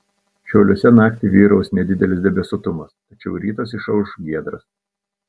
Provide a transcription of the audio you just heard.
šiauliuose naktį vyraus nedidelis debesuotumas tačiau rytas išauš giedras